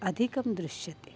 अधिकं दृश्यते